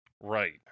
Right